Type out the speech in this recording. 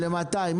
ל-200,000.